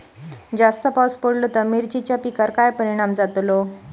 जास्त पाऊस पडलो तर मिरचीच्या पिकार काय परणाम जतालो?